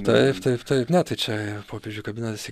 taip taip taip ne tai čia ir popiežiui kabina